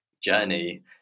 journey